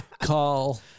Call